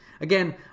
Again